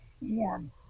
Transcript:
warm